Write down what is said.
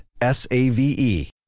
S-A-V-E